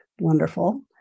wonderful